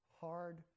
Hard